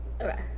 Okay